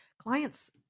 clients